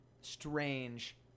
strange